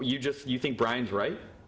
you just you think brian's right